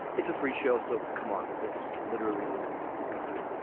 it's a free show so come on. it's literally the least you could do.